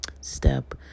step